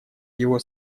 его